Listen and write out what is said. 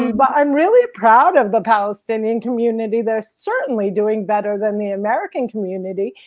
but i'm really proud of the palestinian community, they're certainly doing better than the american community.